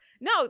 No